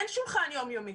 אין שולחן יום-יומי.